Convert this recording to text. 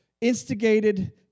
instigated